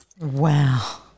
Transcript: Wow